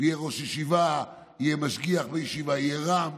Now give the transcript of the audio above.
יהיה ראש ישיבה, יהיה משגיח בישיבה, יהיה רב.